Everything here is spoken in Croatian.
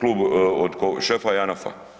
klub od šefa JANAF-a.